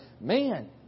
man